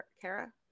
kara